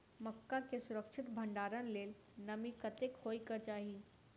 मक्का केँ सुरक्षित भण्डारण लेल नमी कतेक होइ कऽ चाहि?